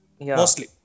Mostly